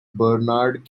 bernard